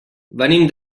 venim